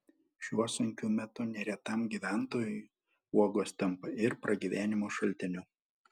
šiuo sunkiu metu neretam gyventojui uogos tampa ir pragyvenimo šaltiniu